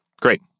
Great